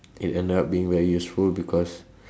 it ended up being very useful because